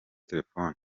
terefone